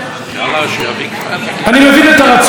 אני מבין את הרצון לא להיות מובטלים,